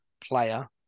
player